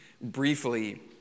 briefly